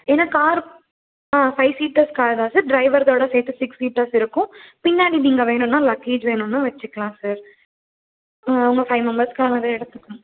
ஏன்னா கார் ஆ five seaters car தான் சார் ட்ரைவர் இதோடய சேர்த்து சிக்ஸ் சீட்டர்ஸ் இருக்கும் பின்னாடி நீங்கள் வேணும்னா லக்கேஜ் வேணும்னா வச்சிக்கலாம் சார் ஆ ஆமாம் ஃபை மெம்பர்ஸ்க்கானதை எடுத்துகோங்க